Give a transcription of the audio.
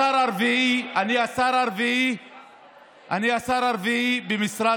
ולכן אני רוצה לקרוא לשר לביטחון הפנים עמר בר לב שיקרא למשטרה